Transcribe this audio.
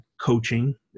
coaching